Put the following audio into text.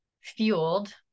fueled